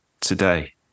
today